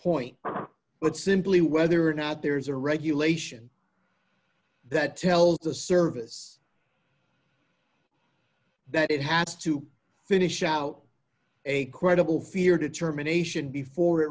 point but simply whether or not there's a regulation that tells the service that it has to finish out a credible fear determination before